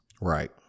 Right